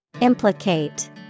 Implicate